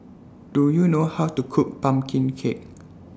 Do YOU know How to Cook Pumpkin Cake